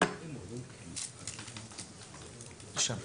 אני מציג